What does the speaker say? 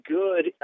good